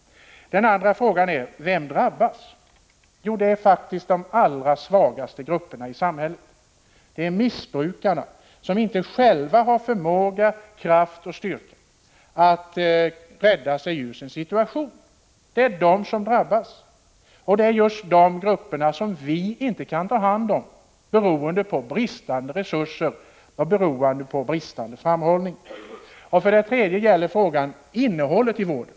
Min andra fråga är: Vem drabbas? Jo, det är faktiskt de allra svagaste grupperna i samhället. Det är missbrukarna, som inte själva har förmåga, kraft och styrka att rädda sig ur sin situation. Det är de som drabbas. Det är just dessa grupper som vi inte kan ta hand om, beroende på bristande resurser och bristande framförhållning. Min tredje fråga gäller innehållet i vården.